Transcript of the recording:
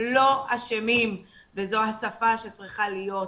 לא אשמים, וזאת השפה שצריכה להיות.